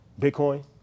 bitcoin